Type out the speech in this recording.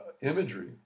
imagery